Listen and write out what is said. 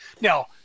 Now